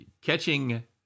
catching